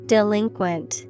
Delinquent